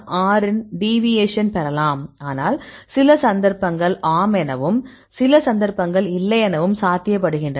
6 இன் டீவியேஷன் பெறலாம் ஆனால் சில சந்தர்ப்பங்கள் ஆம் எனவும் ஆனால் சில சந்தர்ப்பங்கள் இல்லை எனவும் சாத்தியபடுகின்றன